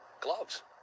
gloves